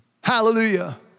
hallelujah